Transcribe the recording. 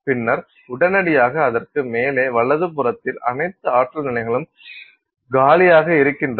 பின்னர் உடனடியாக அதற்கு மேலே வலதுபுறத்தில் அனைத்து ஆற்றல் நிலைகளும் காலியாக இருக்கின்றன